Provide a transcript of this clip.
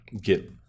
get